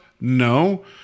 No